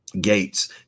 gates